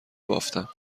بافتم